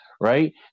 right